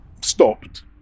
stopped